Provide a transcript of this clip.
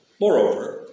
Moreover